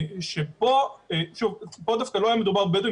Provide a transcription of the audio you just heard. פה דווקא לא היה מדובר בבדואים,